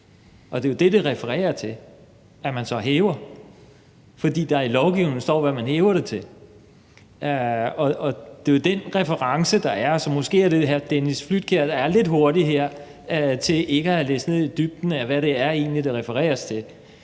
det er det, det refererer til – at man så hæver, fordi der i lovgivningen står, hvad man hæver det til. Det er jo den reference, der er. Så måske er det hr. Dennis Flydtkjær, der er lidt hurtig her til ikke at have læst ned i dybden af, hvad det egentlig er, der refereres til,